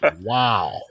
Wow